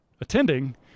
attending